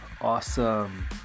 awesome